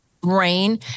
brain